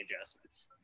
adjustments